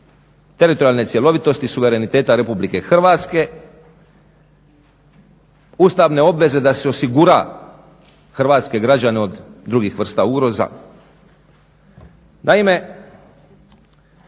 teritorijalne cjelovitosti i suvereniteta Republike Hrvatske, ustavne obveze da se osigura hrvatske građane od drugih vrsta ugroza.